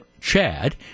Chad